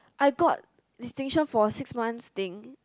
I got distinction for a six months thing